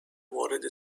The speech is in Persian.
مورد